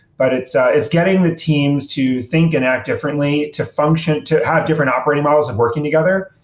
but it's ah it's getting the teams to think and act differently, to function to have different operating models of working together.